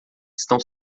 estão